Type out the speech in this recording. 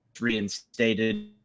reinstated